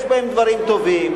יש בהם דברים טובים,